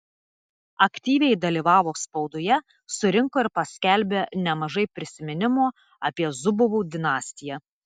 aktyviai dalyvavo spaudoje surinko ir paskelbė nemažai prisiminimų apie zubovų dinastiją